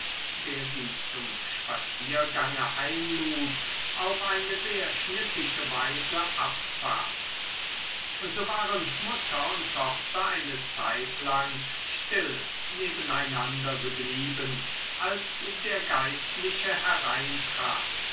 der sie zum spaziergange einlud auf eine sehr schnippische weise abfahren so waren mutter und tochter eine zeitlang still nebeneinander geblieben als der geistliche hereintrat